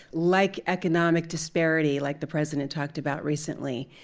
like economic disparity like the president talked about recently?